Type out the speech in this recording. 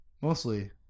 mostly